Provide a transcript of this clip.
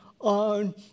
on